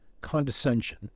condescension